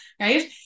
right